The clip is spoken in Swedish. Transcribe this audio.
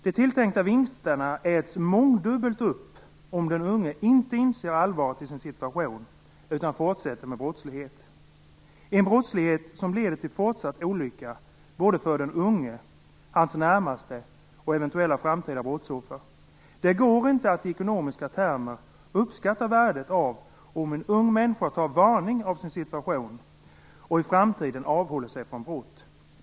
De tilltänkta vinsterna äts mångdubbelt upp, om den unge inte inser allvaret i sin situation utan fortsätter med brottslighet - brottslighet som leder till fortsatt olycka för den unge, för den unges närmaste och för eventuella framtida brottsoffer. Det går inte att i ekonomiska termer uppskatta värdet av om en ung människa tar varning av sin situation och i framtiden avhåller sig från brott.